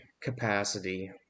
capacity